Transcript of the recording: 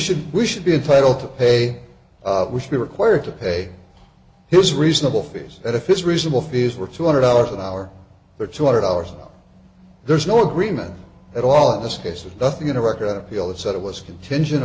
should we should be entitled to pay we should be required to pay his reasonable fees that if it's reasonable fees were two hundred dollars an hour or two hundred dollars there's no agreement at all in this case with nothing in iraq or an appeal that said it was contingent